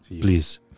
Please